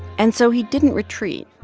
and so he didn't retreat.